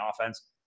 offense